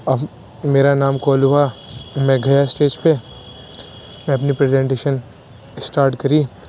اب میرا نام کال ہوا میں گیا اسٹیج پہ میں اپنی پریزنٹیشن اسٹارٹ کری